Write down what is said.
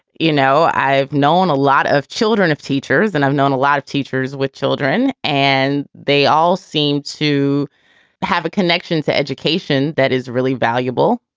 you know, i've known a lot of children of teachers and i've known a lot of teachers with children, and they all seem to have a connection to education that is really valuable.